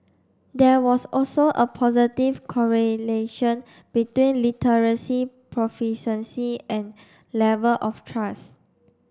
there was also a positive correlation between literacy proficiency and level of trust